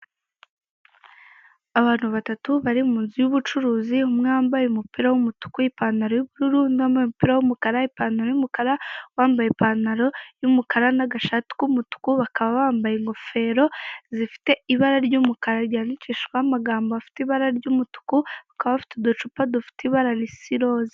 Abantu batatu bari munzu y'ubucuruzi umwe wambaye umupira w'umutuku ipantaro y'ubururu, n'undi wambaye umupira w'umukara ipantaro y'umukara, uwambaye ipantaro y'umukara n'agashati k'umutuku bakaba bambaye ingofero zifite ibara ry'umukara ryandishijweho amagambo afite ibara ry'umutuku bakaba bafite uducupa dufite ibara risa iroza.